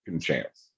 chance